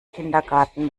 kindergarten